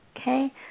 Okay